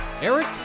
Eric